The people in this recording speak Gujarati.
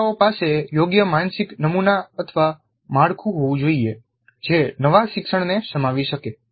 શીખનારાઓ પાસે યોગ્ય માનસિક નમુનામાળખું હોવું જોઈએ જે નવા શિક્ષણને સમાવી શકે